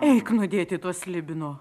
eik nudėti to slibino